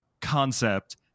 concept